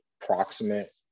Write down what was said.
proximate